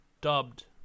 dubbed